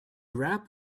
rap